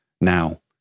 now